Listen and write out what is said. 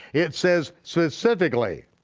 it says, specifically,